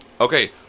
Okay